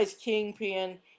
Kingpin